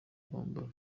kwambara